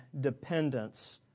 dependence